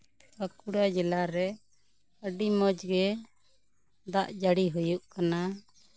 ᱵᱟᱸᱠᱩᱲᱟ ᱡᱮᱞᱟᱨᱮ ᱟᱹᱰᱤ ᱢᱚᱡᱽ ᱜᱮ ᱫᱟᱜ ᱡᱟᱹᱲᱤ ᱦᱩᱭᱩᱜ ᱠᱟᱱᱟ